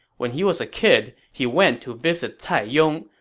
when he was a kid, he went to visit cai yong,